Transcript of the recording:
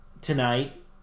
tonight